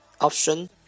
option